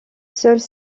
seuls